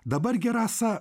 dabar gi rasa